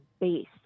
base